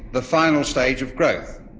the final stage of growth.